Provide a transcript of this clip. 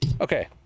Okay